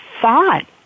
thought